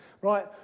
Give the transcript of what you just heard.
right